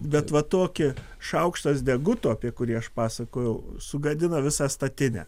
bet va tokia šaukštas deguto apie kurį aš pasakojau sugadina visą statinę